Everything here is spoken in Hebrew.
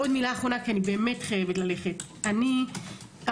עוד מילה אחרונה כי אני באמת חייבת ללכת: אני אמשיך